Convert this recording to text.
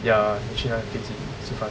ya 你去那个飞机吃饭